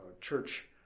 church